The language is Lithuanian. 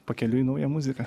pakeliui į naują muziką